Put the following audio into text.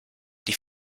die